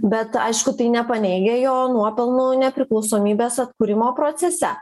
bet aišku tai nepaneigia jo nuopelnų nepriklausomybės atkūrimo procese